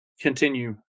continue